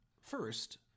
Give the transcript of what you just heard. First